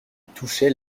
touchait